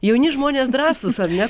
jauni žmonės drąsūs ar ne